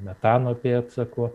metano pėdsakų